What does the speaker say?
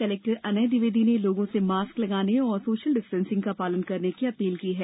collector Anay Dwivedi ने लोगों से मास्क लगाने और सोशल डिस्टेंसिंग का पालन करने की अपील की है